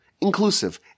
inclusive